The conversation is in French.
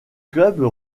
club